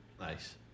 Nice